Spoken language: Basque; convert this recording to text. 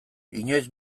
inoiz